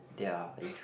their interest